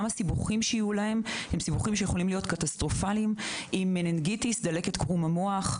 הסיבוכים שיהיו להם יכולים להיות קטסטרופליים דלקת קרום המוח,